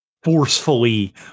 forcefully